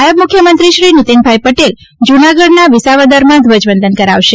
નાયબ મુખ્યમંત્રી શ્રી નીતિનભાઇ પટેલ જૂનાગઢના વિસાવદરમાં ધ્વજવંદન કરાવશે